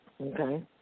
Okay